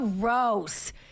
gross